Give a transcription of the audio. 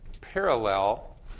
parallel